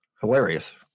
hilarious